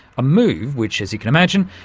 a move which, as you can imagine,